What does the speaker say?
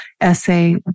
essay